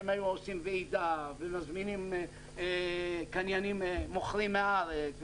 שהם היו עושים ועידה ומזמינים מוכרים מהארץ,